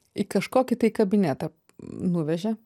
į kažkokį tai kabinetą nuvežė